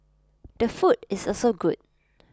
the food is also good